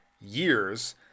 years